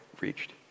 reached